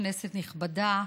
כנסת נכבדה,